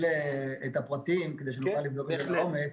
את הפרטים כדי שנוכל לבדוק את זה לעומק.